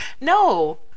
no